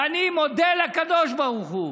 ואני מודה לקדוש ברוך הוא